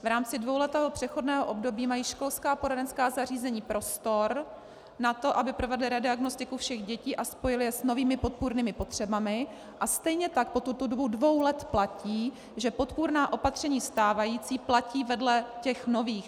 V rámci dvouletého přechodného období mají školská poradenská zařízení prostor na to, aby provedla rediagnostiku všech dětí a spojila je s novými podpůrnými potřebami, a stejně tak po tuto dobu dvou let platí, že podpůrná opatření stávající platí vedle těch nových.